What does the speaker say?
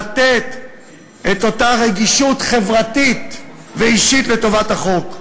לתת את אותה רגישות חברתית ואישית לטובת החוק.